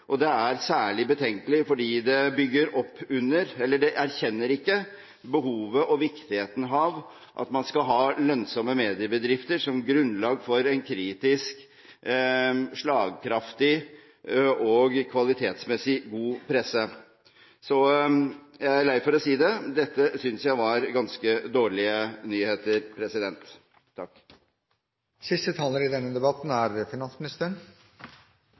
og det er særlig betenkelig fordi det ikke erkjenner behovet og viktigheten av at man skal ha lønnsomme mediebedrifter som grunnlag for en kritisk, slagkraftig og kvalitetsmessig god presse. Jeg er lei for å si det, men dette synes jeg var ganske dårlige nyheter.